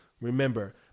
Remember